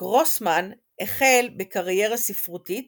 גרוסמן החל בקריירה ספרותית